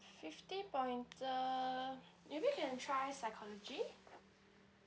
fifty point the err maybe you can try psychology